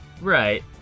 Right